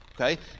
Okay